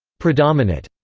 predominate,